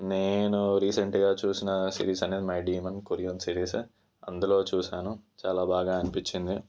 నేను రీసెంట్గా చూసిన సిరీస్ అనేది మై డిమోన్ కొరియన్ సిరీస్ అందులో చూసాను చాలా బాగా అనిపించింది